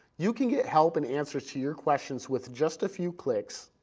you can get help and answers to your questions with just a few clicks.